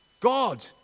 God